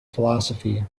philosophy